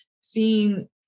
seeing